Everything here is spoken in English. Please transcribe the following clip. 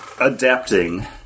adapting